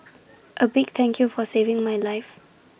A big thank you for saving my life